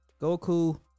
Goku